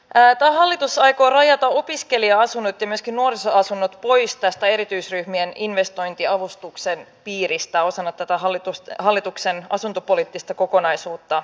tämä hallitus aikoo rajata opiskelija asunnot ja myöskin nuorisoasunnot pois erityisryhmien investointiavustuksen piiristä osana tätä hallituksen asuntopoliittista kokonaisuutta